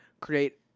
create